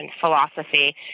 philosophy